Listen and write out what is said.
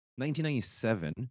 1997